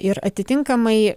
ir atitinkamai